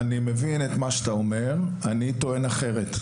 אני מבין את מה שאתה אומר, אני טוען אחרת.